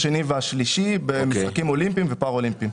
השני והשלישי במשחקים אולימפיים ופארא אולימפיים.